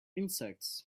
insects